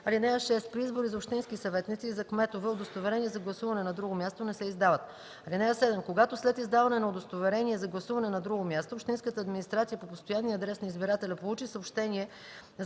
адрес. (6) При избори за общински съветници и за кметове удостоверения за гласуване на друго място не се издават. (7) Когато след издаване на удостоверение за гласуване на друго място общинската администрация по постоянния адрес на избирателя получи съобщение за